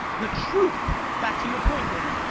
the truth. back to your point, dan.